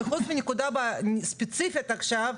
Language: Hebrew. שחוץ מנקודה ספציפית עכשיו,